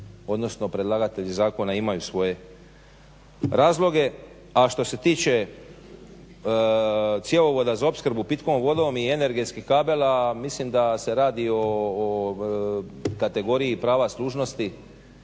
odnosno predlagatelji zakona imaju svoje razloge, a što se tiče cjevovoda za opskrbu pitkom vodom i energetskih kabela mislim da se radi o kategoriji prava služnosti